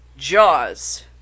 Jaws